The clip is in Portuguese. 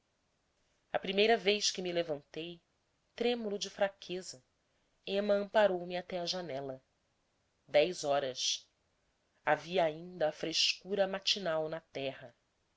a primeira vez que me levantei trêmulo da fraqueza ema amparou me até à janela dez horas havia ainda a frescura matinal na terra